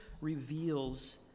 reveals